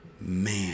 Man